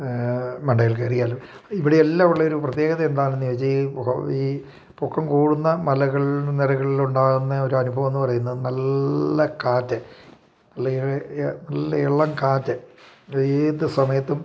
മണ്ടയിൽ കയറിയാലും ഇവിടെയല്ലാം ഉള്ളൊരു പ്രത്യേകത എന്താണെന്ന് ചോദിച്ചാൽ പൊ ഈ പൊക്കം കൂടുന്ന മലകൾ നറകളില ഉണ്ടാകുന്ന ഒരു അനുഭവം എന്ന് പറയുന്നത് നല്ല കാറ്റ് നല്ല ഇളം കാറ്റ് ഏത് സമയത്തും